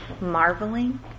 marveling